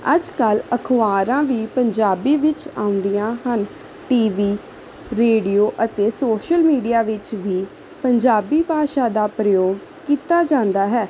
ਅੱਜ ਕੱਲ ਅਖਬਾਰਾਂ ਵੀ ਪੰਜਾਬੀ ਵਿੱਚ ਆਉਂਦੀਆਂ ਹਨ ਟੀ ਵੀ ਰੇਡੀਓ ਅਤੇ ਸੋਸ਼ਲ ਮੀਡੀਆ ਵਿੱਚ ਵੀ ਪੰਜਾਬੀ ਭਾਸ਼ਾ ਦਾ ਪ੍ਰਯੋਗ ਕੀਤਾ ਜਾਂਦਾ ਹੈ